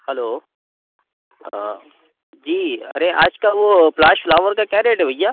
hello جی ارے آج کا وہ پلاس فلاور کا کیا ریٹ ہے بھئیا